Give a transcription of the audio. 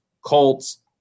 Colts